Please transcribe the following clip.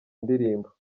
ndirimbo